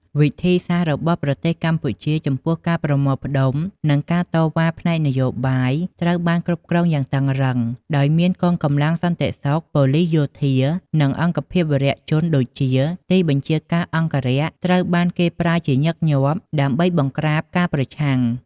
វិធីសាស្រ្តរបស់ប្រទេសកម្ពុជាចំពោះការប្រមូលផ្តុំ និងការតវ៉ាផ្នែកនយោបាយត្រូវបានគ្រប់គ្រងយ៉ាងតឹងរ៉ឹង ដោយមានកងកម្លាំងសន្តិសុខ ប៉ូលីស យោធា និងអង្គភាពវរជនដូចជា ទីបញ្ជាការអង្គរក្ស ត្រូវបានគេប្រើជាញឹកញាប់ ដើម្បីបង្ក្រាបការប្រឆាំង។